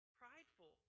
prideful